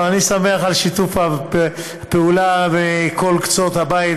אני שמח על שיתוף הפעולה מכל קצות הבית,